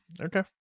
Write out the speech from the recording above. Okay